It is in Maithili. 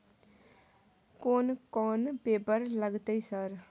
कोन कौन पेपर लगतै सर?